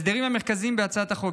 ההסדרים המרכזיים בהצעת החוק,